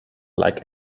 like